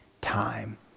time